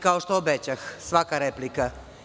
Kao što obećah, svaka replika.